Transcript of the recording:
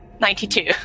ninety-two